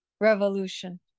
revolution